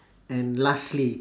and lastly